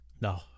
no